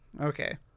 Okay